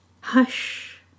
Hush